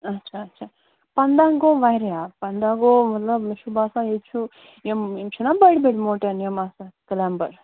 اَچھا اَچھا پنٛداہ گوٚو واریاہ پنٛداہ گوٚو مطلب مےٚ چھُ باسان ییٚتہِ چھُ یِم یِم چھِنا بٔڈۍ بٔڈۍ ماوٹین یِم آسان کٕلیمبَر